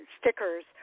stickers